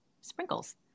sprinkles